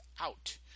out